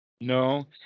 no